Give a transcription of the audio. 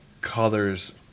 colors